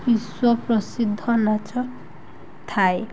ବିଶ୍ୱ ପ୍ରସିଦ୍ଧ ନାଚ ଥାଏ